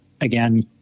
again